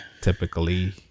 typically